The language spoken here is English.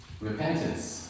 Repentance